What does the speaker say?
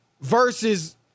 Versus